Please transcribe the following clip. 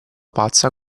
pazza